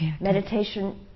Meditation